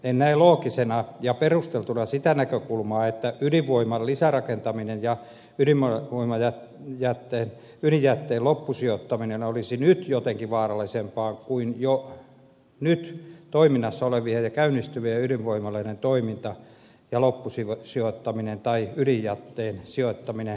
en näe loogisena ja perusteltuna sitä näkökulmaa että ydinvoiman lisärakentaminen ja ydinjätteen loppusijoittaminen olisi nyt jotenkin vaarallisempaa kuin jo nyt toiminnassa olevien ja käynnistyvien ydinvoimaloiden toiminta ja loppusijoittaminen tai ydinjätteen sijoittaminen venäjälle